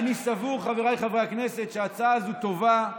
אני סבור, חבריי חברי הכנסת, שההצעה הזו טובה.